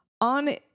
on